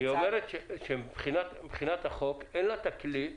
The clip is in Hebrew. היא אומרת שמבחינת החוק, אין לה הכלים.